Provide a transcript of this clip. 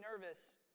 nervous